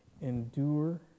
endure